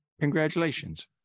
Congratulations